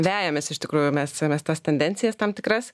vejamės iš tikrųjų mes mes tas tendencijas tam tikras